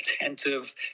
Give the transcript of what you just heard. attentive